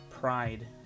pride